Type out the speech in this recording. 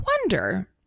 wonder